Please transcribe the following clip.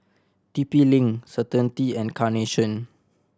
T P Link Certainty and Carnation